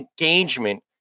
engagement